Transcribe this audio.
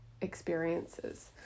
experiences